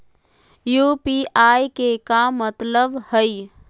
UPI के का मतलब हई?